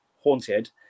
haunted